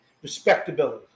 respectability